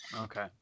okay